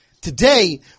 Today